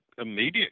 immediate